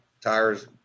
tires